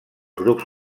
grups